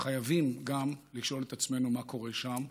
אנחנו חייבים גם לשאול את עצמנו מה קורה שם,